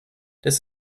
this